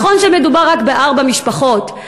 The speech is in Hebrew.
נכון שמדובר רק בארבע משפחות,